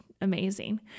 amazing